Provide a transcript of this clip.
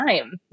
time